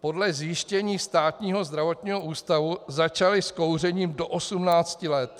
podle zjištění Státního zdravotního ústavu začaly s kouřením do 18 let.